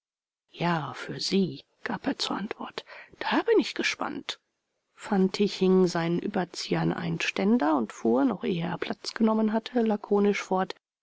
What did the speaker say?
ja für sie gab er zur antwort da bin ich gespannt fantig hing seinen überzieher an einen ständer und fuhr noch ehe er platz genommen hatte lakonisch fort